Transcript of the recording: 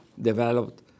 developed